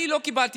אני לא קיבלתי,